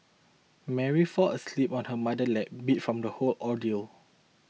Mary fell asleep on her mother's lap beat from the whole ordeal